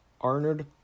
arnold